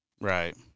Right